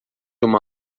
uma